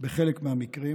בחלק מהמקרים,